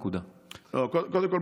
הוא לא מייעץ למפכ"ל.